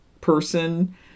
person